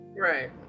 Right